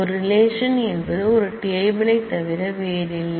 ஒரு ரிலேஷன் என்பது ஒரு டேபிள் யைத் தவிர வேறில்லை